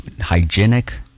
hygienic